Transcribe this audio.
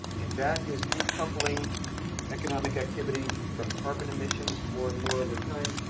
and that is decoupling economic activity from carbon emissions more and more over time.